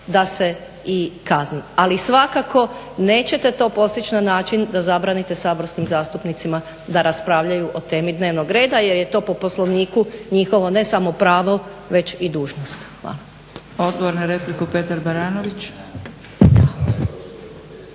da se i kazni, ali svakako nećete to postići na način da zabranite saborskim zastupnicima da raspravljaju o temi dnevnog reda jer je to po Poslovniku njihovo ne samo pravo već i dužnost. Hvala.